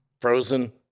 frozen